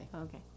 Okay